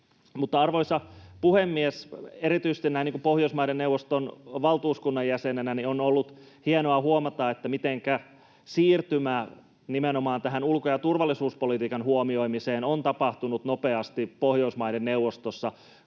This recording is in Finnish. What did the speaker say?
arvoisa puhemies, erityisesti näin Pohjoismaiden neuvoston valtuuskunnan jäsenenä on ollut hienoa huomata, mitenkä siirtymä nimenomaan tähän ulko- ja turvallisuuspolitiikan huomioimiseen on tapahtunut nopeasti Pohjoismaiden neuvostossa.